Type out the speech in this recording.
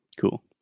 Cool